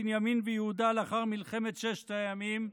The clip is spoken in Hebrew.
בנימין ויהודה לאחר מלחמת ששת הימים,